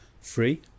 free